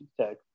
text